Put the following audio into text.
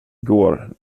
går